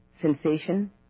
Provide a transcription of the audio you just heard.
sensation